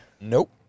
Nope